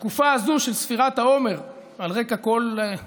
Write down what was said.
בתקופה הזאת של ספירת העומר, על רקע מאורעות,